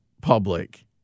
public